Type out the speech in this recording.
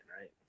right